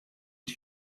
and